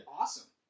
awesome